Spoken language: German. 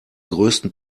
größten